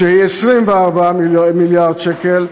שהיא 24 מיליארד שקל,